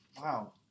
Wow